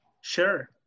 Sure